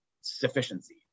sufficiency